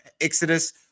Exodus